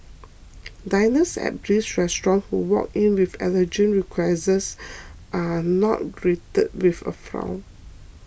diners at Bliss Restaurant who walk in with allergen requests are not greeted with a frown